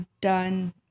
done